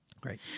Great